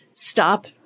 Stop